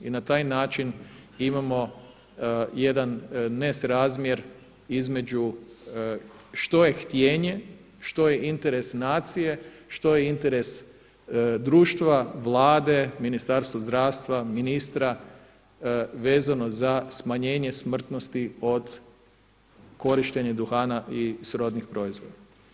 I na taj način imamo jedan nesrazmjer između što je htjenje, što je interes nacije, što je interes društva, Vlade, Ministarstva zdravstva, ministra vezano za smanjenje smrtnosti od korištenja duhana i srodnih proizvoda.